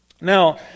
Now